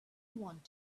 want